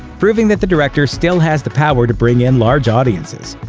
proving that the director still has the power to bring in large audiences.